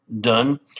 done